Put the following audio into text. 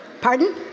Pardon